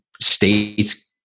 state's